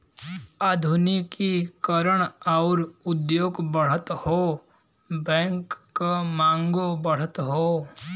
आधुनिकी करण आउर उद्योग बढ़त हौ बैंक क मांगो बढ़त हौ